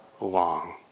long